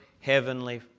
Heavenly